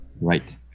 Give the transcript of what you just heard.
Right